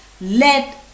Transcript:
Let